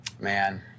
Man